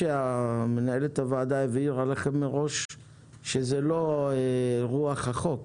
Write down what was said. מנהלת הוועדה הבהירה לכם מראש שזה לא רוח החוק.